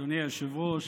אדוני היושב-ראש.